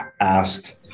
asked